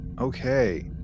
Okay